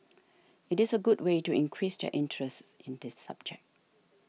it is a good way to increase their interest in this subject